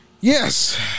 Yes